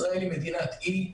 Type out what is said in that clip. מדינת ישראל היא מדינת אי.